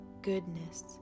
goodness